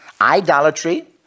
idolatry